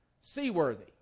seaworthy